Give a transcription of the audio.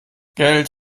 geld